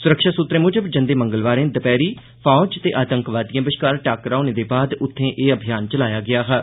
सुरक्षा सुत्तरें मुजब जंदे मंगलवारे दपैहरी फौज ते आतंकवादिए बश्कार टाक्करा होने परैन्त उत्थे एह् अभियान चलाया गेआ हा